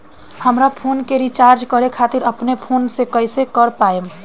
हमार फोन के रीचार्ज करे खातिर अपने फोन से कैसे कर पाएम?